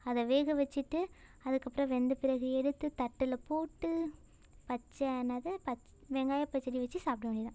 அதை வேக வச்சுட்டு அதுக்கப்புறம் வெந்த பிறகு எடுத்து தட்டில் போட்டு பச்ச என்னது பச் வெங்காய பச்சடி வச்சு சாப்பிட வேண்டியதுதான்